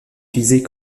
utilisée